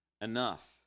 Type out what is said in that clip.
enough